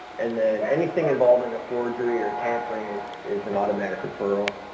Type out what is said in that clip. and then anything involving a forgery or tampering is, is an automatic referral,